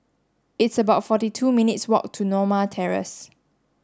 it's about forty two minutes' walk to Norma Terrace